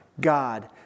God